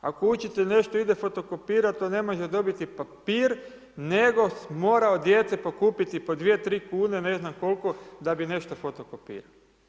Ako učitelj nešto ide fotokopirati, on ne može dobiti papir nego mora od djece pokupiti po 2, 3 kn, ne znam koliko, da bi nešto fotokopirao.